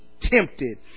tempted